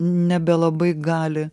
nebelabai gali